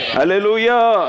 Hallelujah